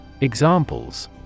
Examples